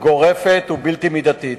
גורפת ובלתי מידתית.